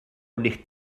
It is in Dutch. ligt